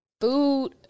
food